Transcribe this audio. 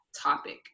topic